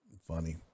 funny